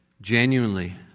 genuinely